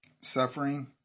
suffering